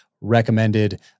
recommended